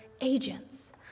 agents